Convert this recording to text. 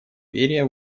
доверия